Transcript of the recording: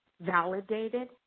validated